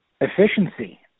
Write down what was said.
efficiency